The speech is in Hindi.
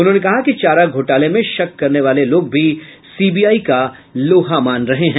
उन्होंने कहा कि चारा घोटाले में शक करने वाले लोग भी सीबीआई का लोहा मान रहे हैं